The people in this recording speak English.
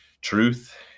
truth